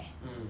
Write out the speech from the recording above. I think